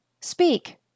speak